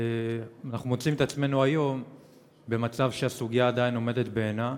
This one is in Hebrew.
אנחנו מוצאים את עצמנו היום במצב שהסוגיה עדיין עומדת בעינה.